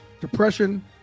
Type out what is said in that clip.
Depression